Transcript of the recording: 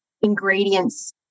ingredients